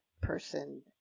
person